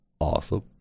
awesome